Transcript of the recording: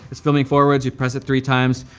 it's filming forwards, you press it three times,